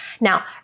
Now